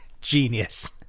genius